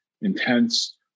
intense